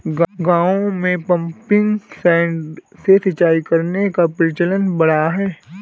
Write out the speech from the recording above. गाँवों में pumping set से सिंचाई का प्रचलन बढ़ा है